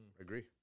agree